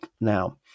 now